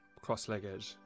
cross-legged